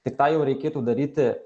tik tą jau reikėtų daryti